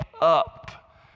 up